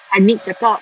aniq cakap